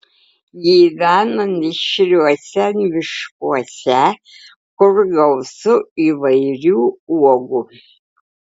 gyvena mišriuose miškuose kur gausu įvairių uogų